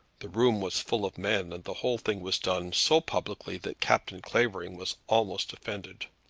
the room was full of men, and the whole thing was done so publicly that captain clavering was almost offended.